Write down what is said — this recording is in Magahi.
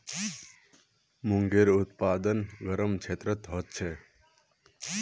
मूंगेर उत्पादन गरम क्षेत्रत ह छेक